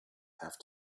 have